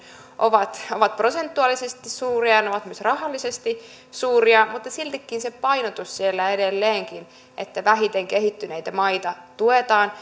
ovat ovat prosentuaalisesti suuria ja ne ovat myös rahallisesti suuria mutta siltikin se painotus on siellä edelleenkin että vähiten kehittyneitä maita tuetaan